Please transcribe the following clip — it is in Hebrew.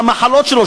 מה המחלות שלו,